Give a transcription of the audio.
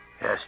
Yes